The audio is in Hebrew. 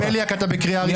בליאק, אתה בקריאה ראשונה.